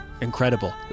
Incredible